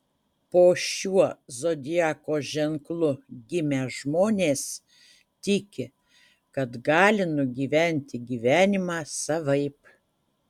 po šiuo zodiako ženklu gimę žmonės tiki kad gali nugyventi gyvenimą savaip